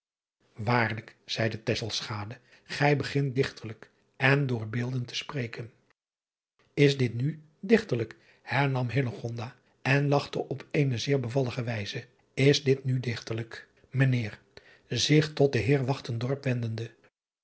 lijk zeide gij begint dichterlijk en door beelden te spreken s dit nu dichterlijk hernam en lachte op eene zeer bevallige wijze is dit nu dichterlijk ijnheer zich tot den eer